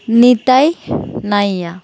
Nitai Naiya